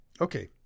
Okay